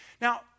Now